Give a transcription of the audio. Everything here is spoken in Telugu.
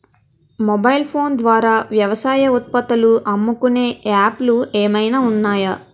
మొబైల్ ఫోన్ ద్వారా వ్యవసాయ ఉత్పత్తులు అమ్ముకునే యాప్ లు ఏమైనా ఉన్నాయా?